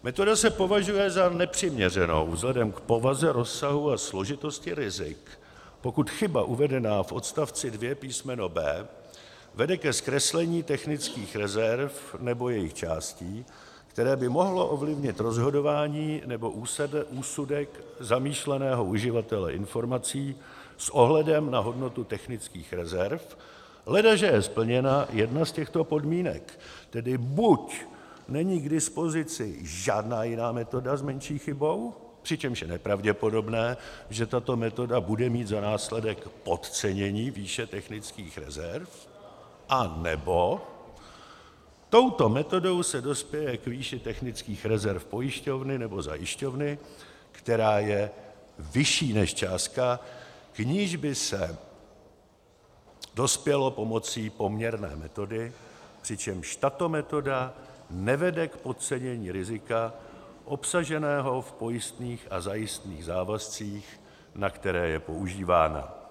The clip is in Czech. Metoda se považuje za nepřiměřenou vzhledem k povaze, rozsahu a složitosti rizik, pokud chyba uvedená v odst. 2 písm. b) vede ke zkreslení technických rezerv nebo jejich částí, které by mohlo ovlivnit rozhodování nebo úsudek zamýšleného uživatele informací, s ohledem na hodnotu technických rezerv, ledaže je splněna jedna z těchto podmínek: tedy buď není k dispozici žádná jiná metoda s menší chybou, přičemž je nepravděpodobné, že tato metoda bude mít za následek podcenění výše technických rezerv, anebo touto metodou se dospěje k výši technických rezerv pojišťovny nebo zajišťovny, která je vyšší než částka, k níž by se dospělo pomocí poměrné metody, přičemž tato metoda nevede k podcenění rizika obsaženého v pojistných a zajistných závazcích, na které je používána.